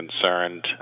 concerned